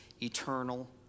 eternal